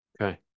Okay